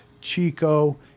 Chico